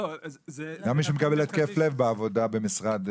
גם מי שמקבל התקף לב בעבודה במשרד,